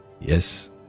Yes